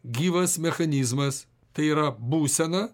gyvas mechanizmas tai yra būsena